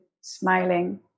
smiling